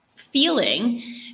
feeling